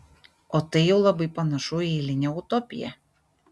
o tai jau labai panašu į eilinę utopiją